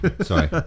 sorry